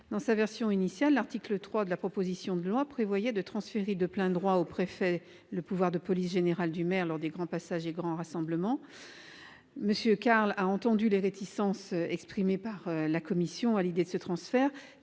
Dans sa version initiale, l'article 3 de la proposition de loi prévoyait de transférer de plein droit au préfet le pouvoir de police générale du maire lors des grands passages et grands rassemblements de gens du voyage. M. Jean-Claude Carle a entendu les réticences exprimées par votre commission à l'idée de ce transfert,